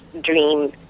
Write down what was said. dream